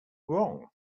wrong